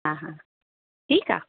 हा हा ठीकु आहे